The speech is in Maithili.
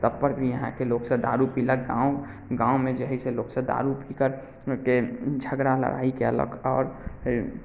तबपर भी इहाँके लोक सभ दारू पीलक गाँव गाँवमे जे हय से लोक सभ दारू पीकरकेँ झगड़ा लड़ाइ कयलक आओर फिर